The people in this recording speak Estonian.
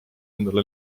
endal